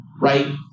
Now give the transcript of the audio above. right